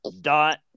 dot